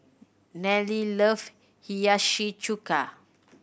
Nelle love Hiyashi Chuka